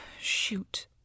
shoot